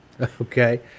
Okay